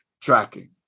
tracking